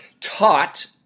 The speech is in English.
taught